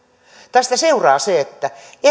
tästä seuraa se että